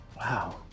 Wow